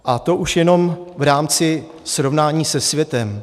A to už jenom v rámci srovnání se světem.